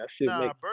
Nah